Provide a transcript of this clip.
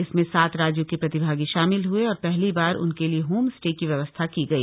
इसमें सात राज्यों के प्रतिभागी शामिल हए और पहली बार उनके लिए होम स्टे की व्यवस्था की गई